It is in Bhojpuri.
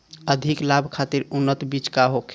अधिक लाभ खातिर उन्नत बीज का होखे?